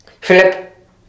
Philip